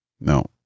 No